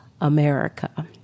America